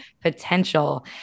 potential